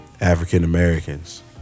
African-Americans